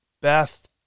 Beth